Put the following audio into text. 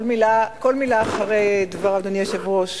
אדוני היושב-ראש,